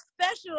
special